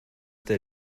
der